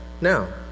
now